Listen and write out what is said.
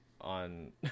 on